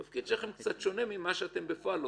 התפקיד שלכם קצת שונה ממה שאתם עושים בפועל,